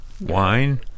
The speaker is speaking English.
Wine